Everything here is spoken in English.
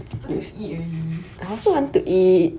want to eat already